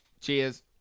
Cheers